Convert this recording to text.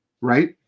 right